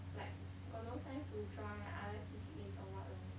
like got no time to join like other C_C_A or what lor